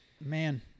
Man